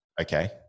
okay